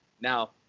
Now